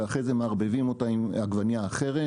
ואחרי זה מערבבים אותה עם עגבנייה אחרת,